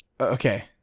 okay